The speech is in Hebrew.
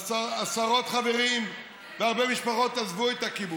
עשרות חברים והרבה משפחות עזבו את הקיבוץ,